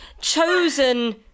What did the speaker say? chosen